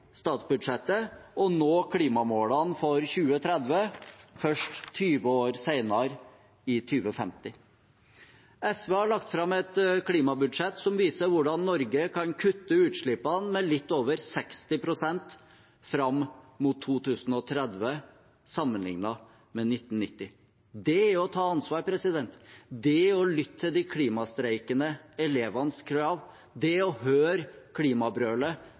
statsbudsjettet, å nå klimamålene for 2030 først 20 år senere, i 2050. SV har lagt fram et klimabudsjett som viser hvordan Norge kan kutte utslippene med litt over 60 pst. fram mot 2030 sammenlignet med 1990. Det er å ta ansvar, det er å lytte til de klimastreikende elevenes krav, det er å høre klimabrølet